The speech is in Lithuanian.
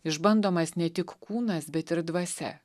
išbandomas ne tik kūnas bet ir dvasia